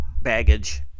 baggage